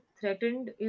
threatened